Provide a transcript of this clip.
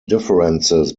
differences